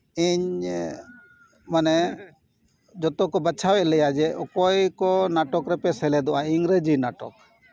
ᱤᱧ ᱢᱟᱱᱮ ᱡᱚᱛᱚ ᱠᱚ ᱵᱟᱪᱷᱟᱣᱮᱫ ᱞᱮᱭᱟ ᱡᱮ ᱚᱠᱚᱭ ᱠᱚ ᱱᱟᱴᱚᱠ ᱨᱮᱯᱮ ᱥᱮᱞᱮᱫᱚᱜᱼᱟ ᱤᱝᱨᱮᱡᱤ ᱱᱟᱴᱚᱠ